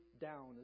down